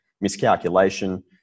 miscalculation